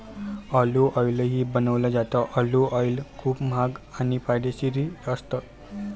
olive ऑईलही बनवलं जातं, ऑलिव्ह ऑईल खूप महाग आणि फायदेशीरही असतं